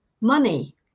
Money